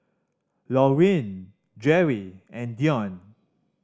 Laurene Jerri and Deon